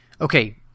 okay